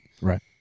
Right